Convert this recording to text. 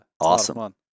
awesome